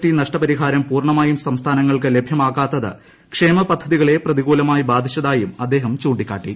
T നഷ്ടപരിഹാരം പൂർണ്ണമായും സംസ്ഥാനങ്ങൾക്ക് ലഭ്യമാക്കാത്തത് ക്ഷേമപദ്ധതികളെ പ്രതികൂലമായി ബാധിച്ചതായും അദ്ദേഹം ചൂണ്ടിക്കാട്ടി